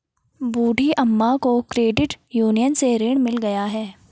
बूढ़ी अम्मा को credit union से ऋण मिल गया है